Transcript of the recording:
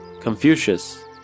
Confucius